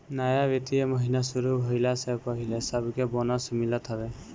नया वित्तीय महिना शुरू भईला से पहिले सबके बोनस मिलत हवे